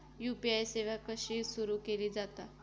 UPI सेवा कशी सुरू केली जाता?